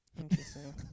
Interesting